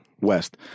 West